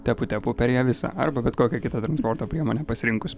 tepu tepu per ją visą arba bet kokią kitą transporto priemonę pasirinkus